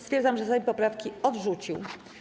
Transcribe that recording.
Stwierdzam, że Sejm poprawki odrzucił.